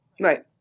Right